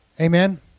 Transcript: Amen